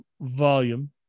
volume